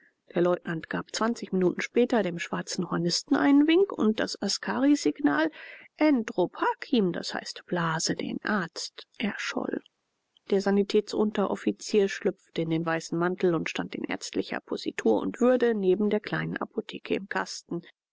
der leutnant gab zwanzig minuten später dem schwarzen hornisten einen wink und das askarisignal edrup hakim d h blase den arzt erscholl der sanitätsunteroffizier schlüpfte in den weißen mantel und stand in ärztlicher positur und würde neben der kleinen apotheke im kasten